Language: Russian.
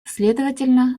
следовательно